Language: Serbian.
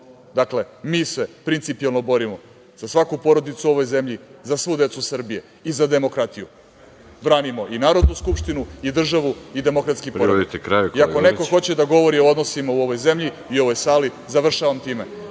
mi se principijelno borimo za svaku porodicu u ovoj zemlji, za svu decu Srbije i za demokratiju. Branimo i Narodnu skupštinu i državu i demokratski poredak. Ako neko hoće da govori o odnosima u ovoj zemlji i ovoj sali, završavam time,